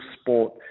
sport